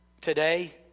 Today